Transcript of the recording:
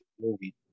movie